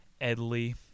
Edley